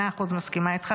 מאה אחוז מסכימה איתך,